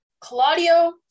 Claudio